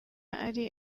ari